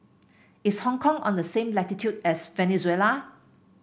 is Hong Kong on the same latitude as Venezuela